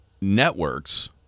networks